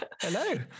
Hello